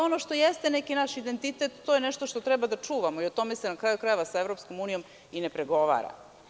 Ono što jeste neki naš identitet, to je nešto što treba da čuvamo i o tome se, na kraju krajeva, sa EU i ne pregovara.